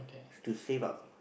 to save up